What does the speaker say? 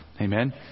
Amen